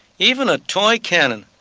even a toy cannon.